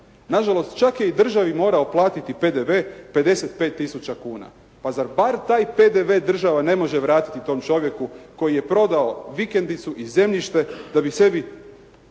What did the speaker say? Nažalost čak je i državi morao platiti PDV 55 tisuća kuna. Pa zar bar taj PDV država ne može vratiti tom čovjeku koji je prodao vikendicu i zemljište da bi sebi